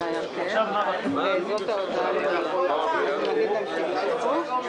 אנחנו חוזרים לדיון במליאה, ישיבה זו נעולה.